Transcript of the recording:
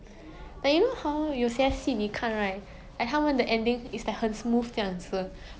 ya